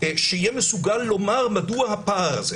שיהיה מסוגל לומר מדוע הפער הזה.